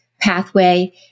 pathway